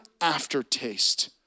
aftertaste